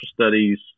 studies